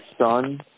son